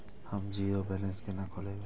हम zero balance केना खोलैब?